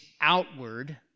outward